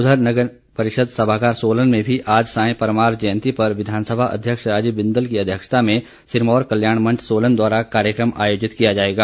उधर नगर परिषद सभागार सोलन में भी आज सांय परमार जयंती पर विधानसभा अध्यक्ष राजीव बिंदल की अध्यक्षता में सिरमौर कल्याण मंच सोलन द्वारा कार्यक्रम आयोजित किया जाएगा